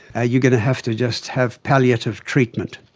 ah you're going to have to just have palliative treatment.